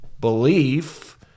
belief